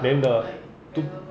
then the two